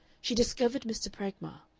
she discovered mr. pragmar,